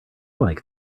like